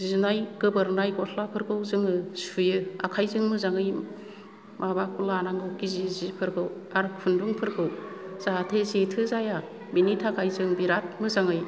जिनाय गोबोरनाय गस्लाफोरखौ जोंयो सुयो आखायजों मोजाङै माबाखौ लानांगौ गिजि जि फोरखौ आरो खुन्दुंफोरखौ जाहाथे जेथो जाया बिनि थाखाय जों बिराथ मोजाङै